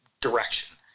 direction